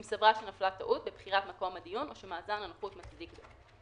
אם סברה שנפלה טעות בבחירת מקום הדיון או שמאזן הנוחות מצדיק זאת,